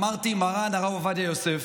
אמרתי: מרן הרב עובדיה יוסף,